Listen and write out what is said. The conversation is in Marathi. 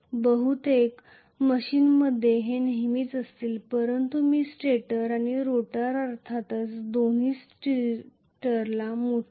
बहुतेक मशीन्समध्ये हे नेहमीच असतील परंतु जर मी स्टेटर आणि रोटर या दोघांना एकसाइट करत आहे या अटीवर